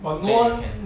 you think you can